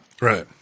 Right